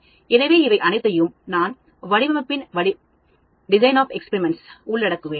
எனவே இவை அனைத்தையும் நான் வடிவமைப்புகளின் வடிவமைப்பில் உள்ளடக்குவேன்